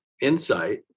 insight